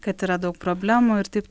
kad yra daug problemų ir taip